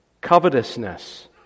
covetousness